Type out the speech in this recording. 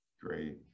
Great